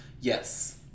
Yes